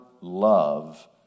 love